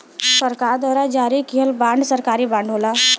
सरकार द्वारा जारी किहल बांड सरकारी बांड होला